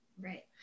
Right